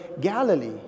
Galilee